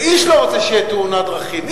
ואיש לא רוצה שתהיה תאונת דרכים,